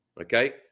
okay